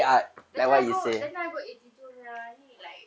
that's why I go that's why I go eighty two punya ni like